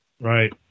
right